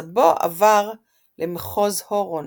סבו עבר למחוז הורון